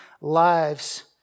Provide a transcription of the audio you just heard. lives